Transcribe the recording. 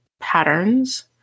patterns